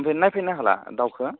ओमफाय नायफैनो हाला दाउखो